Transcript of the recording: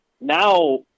now